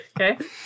Okay